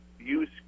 use